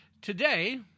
today